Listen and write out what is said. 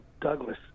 Douglas